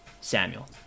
Samuel